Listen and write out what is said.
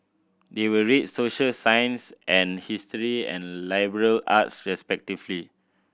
they will read social science and history and liberal arts respectively